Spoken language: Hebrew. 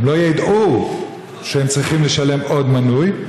הם לא ידעו שהם צריכים לשלם לעוד מינוי.